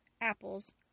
apples